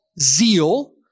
zeal